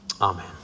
Amen